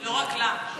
לא רק לה.